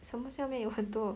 什么下面有很多